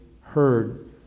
heard